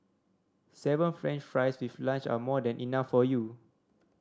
seven French fries with lunch are more than enough for you